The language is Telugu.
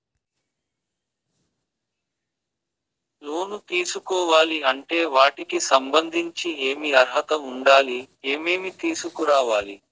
లోను తీసుకోవాలి అంటే వాటికి సంబంధించి ఏమి అర్హత ఉండాలి, ఏమేమి తీసుకురావాలి